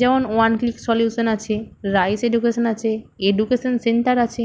যেমন one click solution আছে Rice education আছে এডুকেশন সেন্টার আছে